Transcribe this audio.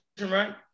right